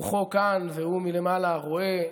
רוחו כאן והוא מלמעלה רואה,